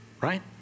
right